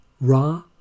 Ra